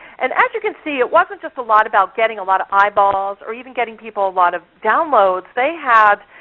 and as you can see, it wasn't just a lot about getting a lot of eyeballs, or even getting people a lot of downloads, they had